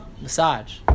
massage